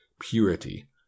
purity